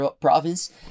province